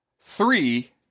Three